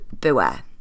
beware